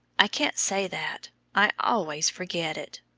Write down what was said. i can't say that i always forget it.